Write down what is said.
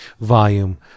volume